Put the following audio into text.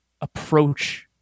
approach